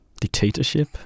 dictatorship